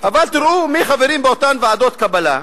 אבל תראו מי חברים באותן ועדות קבלה.